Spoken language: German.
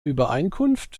übereinkunft